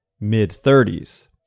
mid-30s